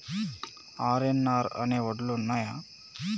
RNR అనే వడ్లు ఉన్నయా?